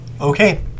Okay